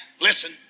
listen